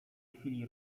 chwili